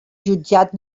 jutjat